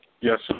Yes